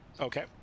Okay